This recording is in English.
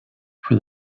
for